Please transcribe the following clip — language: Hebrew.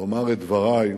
לומר את דברי,